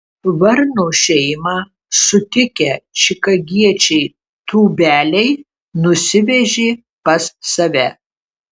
varno šeimą sutikę čikagiečiai tūbeliai nusivežė pas save